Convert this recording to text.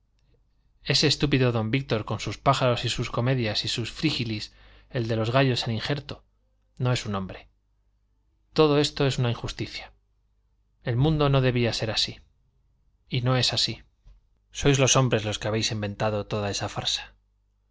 ese estúpido de don víctor con sus pájaros y sus comedias y su frígilis el de los gallos en injerto no es un hombre todo esto es una injusticia el mundo no debía ser así y no es así sois los hombres los que habéis inventado toda esa farsa